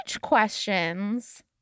questions